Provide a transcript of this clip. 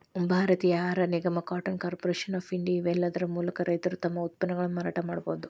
ಭಾರತೇಯ ಆಹಾರ ನಿಗಮ, ಕಾಟನ್ ಕಾರ್ಪೊರೇಷನ್ ಆಫ್ ಇಂಡಿಯಾ, ಇವೇಲ್ಲಾದರ ಮೂಲಕ ರೈತರು ತಮ್ಮ ಉತ್ಪನ್ನಗಳನ್ನ ಮಾರಾಟ ಮಾಡಬೋದು